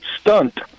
stunt